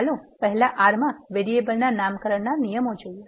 ચાલો પહેલા R માં વેરીએબલ ના નામકરણનાં નિયમો જોઈએ